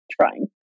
Trying